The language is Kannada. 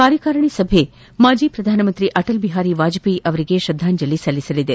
ಕಾರ್ಯಕಾರಿಣಿ ಸಭೆ ಮಾಜಿ ಪ್ರಧಾನಮಂತ್ರಿ ಅಟಲ್ ಬಿಹಾರಿ ವಾಜಪೇಯಿ ಅವರಿಗೆ ಶ್ರದ್ಧಾಂಜಲಿ ಸಲ್ಲಿಸಲಿದೆ